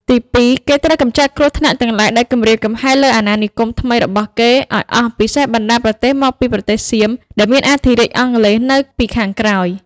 ទី២ គេត្រូវកម្ចាត់គ្រោះថ្នាក់ទាំងឡាយដែលគំរាមកំហែង លើអាណានិគមថ្មី របស់គេឱ្យអស់ពិសេសបណ្តាប្រទេសមកពីប្រទេសសៀមដែលមានអធិរាជអង់គ្លេសនៅពី ខាងក្រោយ។